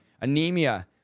Anemia